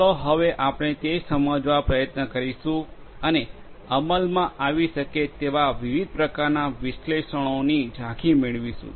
ચાલો હવે આપણે તે સમજવા પ્રયત્ન કરીશું અને અમલમાં આવી શકે તેવા વિવિધ પ્રકારના વિશ્લેષણોની ઝાંખી મેળવીશું